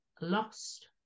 lost